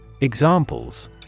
Examples